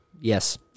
Yes